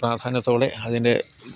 പ്രാധാന്യത്തോടെ അതിൻ്റെ